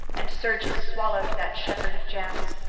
and surges swallowed that shepherd of gems.